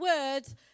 words